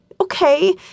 Okay